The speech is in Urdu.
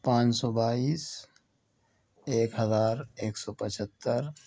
پانچ سو بائیس ایک ہزار ایک سو پچھہتر